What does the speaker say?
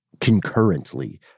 concurrently